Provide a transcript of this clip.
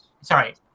Sorry